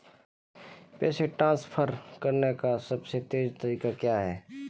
पैसे ट्रांसफर करने का सबसे तेज़ तरीका क्या है?